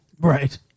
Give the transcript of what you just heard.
right